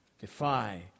defy